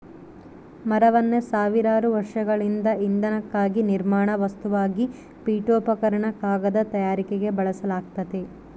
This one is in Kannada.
ಮರವನ್ನು ಸಾವಿರಾರು ವರ್ಷಗಳಿಂದ ಇಂಧನಕ್ಕಾಗಿ ನಿರ್ಮಾಣ ವಸ್ತುವಾಗಿ ಪೀಠೋಪಕರಣ ಕಾಗದ ತಯಾರಿಕೆಗೆ ಬಳಸಲಾಗ್ತತೆ